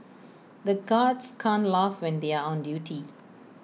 the guards can't laugh when they are on duty